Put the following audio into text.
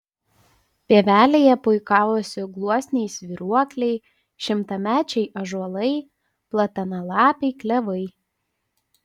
pievelėje puikavosi gluosniai svyruokliai šimtamečiai ąžuolai platanalapiai klevai